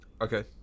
Okay